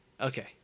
Okay